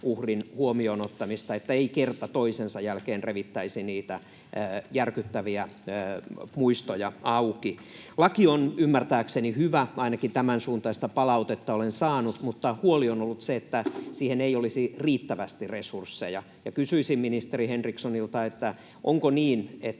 uhrin huomioon ottamista, niin että ei kerta toisensa jälkeen revittäisi niitä järkyttäviä muistoja auki. Laki on ymmärtääkseni hyvä, ainakin tämänsuuntaista palautetta olen saanut, mutta huoli on ollut se, että siihen ei olisi riittävästi resursseja. Kysyisin ministeri Henrikssonilta: onko niin, että